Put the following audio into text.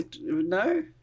No